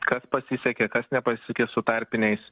kas pasisekė kas nepasisekė su tarpiniais